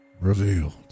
revealed